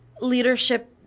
leadership